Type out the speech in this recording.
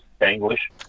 English